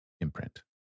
imprint